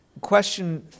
Question